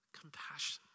Compassion